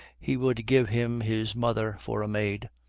he would give him his mother for a maid.